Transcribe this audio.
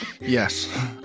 Yes